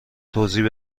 توضیح